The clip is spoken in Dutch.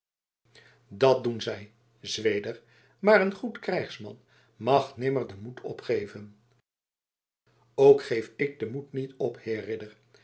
dat doet zij zweder maar een goed krijgsman mag nimmer den moed opgeven ook geef ik den moed niet op